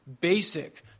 basic